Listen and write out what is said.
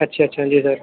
अच्छा अच्छा जी सर